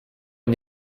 est